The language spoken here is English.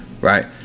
Right